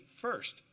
first